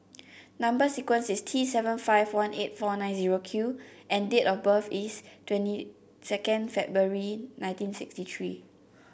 number sequence is T seven five one eight four nine zero Q and date of birth is twenty second February nineteen sixty three